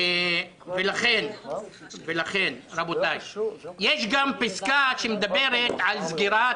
ולכן, רבותיי, יש גם פסקה שמדברת על סגירת